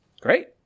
Great